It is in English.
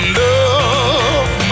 love